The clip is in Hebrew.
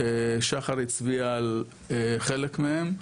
שחר הצביע על חלק מהם,